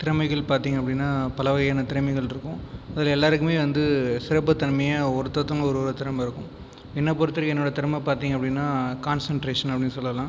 திறமைகள் பார்த்தீங்க அப்படின்னா பல வகையான திறமைகள் இருக்கும் அதில் எல்லாேருக்குமே வந்து சிறப்பு தன்மையாக ஒருத்த ஒருத்தவர்களுக்கும் ஒரு ஒரு திறமை இருக்கும் என்னை பொறுத்த வரைக்கும் என்னோடய திறமை பார்த்தீங்க அப்படின்னா கான்சென்ட்ரேஷன் அப்படின்னு சொல்லலாம்